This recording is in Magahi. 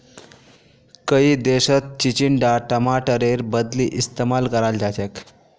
कई देशत चिचिण्डा टमाटरेर बदली इस्तेमाल कराल जाछेक